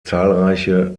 zahlreiche